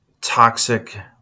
toxic